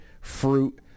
fruit